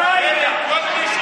לא היית פה.